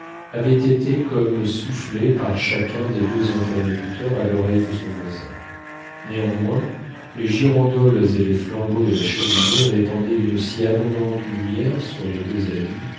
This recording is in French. avaient été comme soufflées par chacun des deux interlocuteurs à l'oreille de son voisin néanmoins les girandoles et les flambeaux de la cheminée répandaient une si abondante lumière sur les deux amis